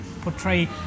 portray